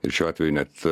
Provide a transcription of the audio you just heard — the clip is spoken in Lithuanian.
ir šiuo atveju net